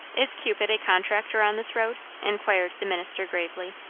is cupid a contractor on this road? inquired the minister gravely.